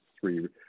three